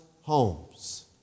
homes